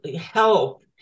help